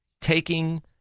taking